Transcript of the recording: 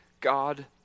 God